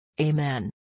Amen